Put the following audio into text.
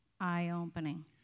eye-opening